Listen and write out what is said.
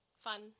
fun